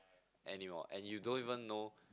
anymore and you don't even know